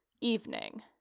evening